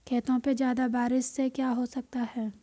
खेतों पे ज्यादा बारिश से क्या हो सकता है?